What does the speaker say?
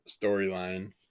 storyline